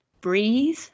breathe